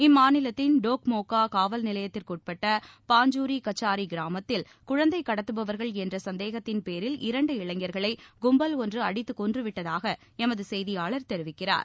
இம்மாநிலத்தின் டோக்மோக்கா காவல்நிலையத்திற்குட்பட்ட பாஞ்சூரி கச்சாரி கிராமத்தில் குழந்தை கடத்தபவர்கள் என்ற சந்தேகத்தின்பேரில் இரண்டு இளைஞர்களை கும்பல் ஒன்று அடித்துக்கொன்றவிட்டதாக எமது செய்தியாளர் தெரிவிக்கிறார்